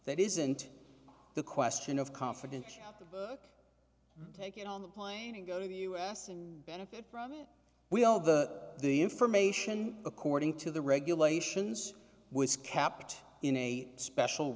that isn't the question of confidential the book take it on the plane and go to the us and benefit from it we all the the information according to the regulations was kept in a special